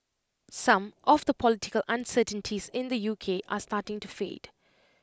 some of the political uncertainties in the U K are starting to fade